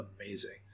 amazing